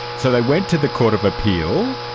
so they went to the court of appeal.